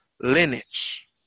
lineage